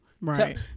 right